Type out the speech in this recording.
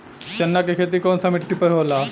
चन्ना के खेती कौन सा मिट्टी पर होला?